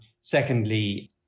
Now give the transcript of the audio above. Secondly